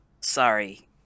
sorry